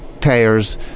payers